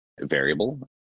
variable